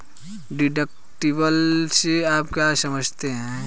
Deductible से आप क्या समझते हैं?